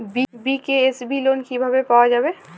BKSB loan কিভাবে পাওয়া যাবে?